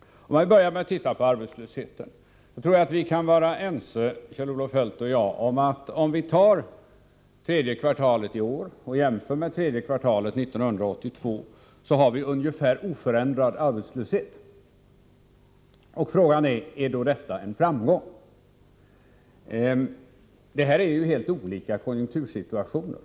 Låt oss börja med att se på arbetslösheten! Jag tror att Kjell-Olof Feldt och jag kan vara överens om att vi för tredje kvartalet i år jämfört med tredje kvartalet 1982 har en ungefär oförändrad arbetslöshet. Frågan är: Är detta en framgång? Åren 1982 och 1984 uppvisar helt olika konjunktursituationer.